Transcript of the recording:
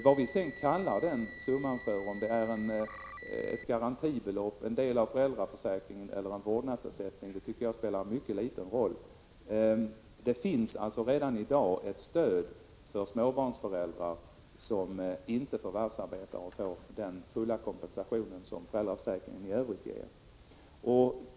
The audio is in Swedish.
Vad vi sedan kallar den summan — garantibelopp, del av föräldraförsäkringen eller en vårdnadsersättning — tycker jag spelar mycket liten roll. Det finns alltså redan i dag ett stöd för småbarnsföräldrar som inte förvärvsarbetar och därmed inte får den fulla kompensation som föräldraförsäkringen i övrigt ger.